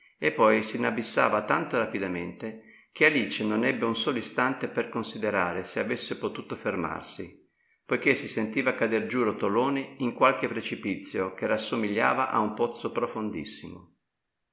e poi s'inabissava tanto rapidamente che alice non ebbe un solo istante per considerare se avesse potuto fermarsi poichè si sentiva cader giù rotoloni in qualche precipizio che rassomigliava a un pozzo profondissimo